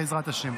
בעזרת השם.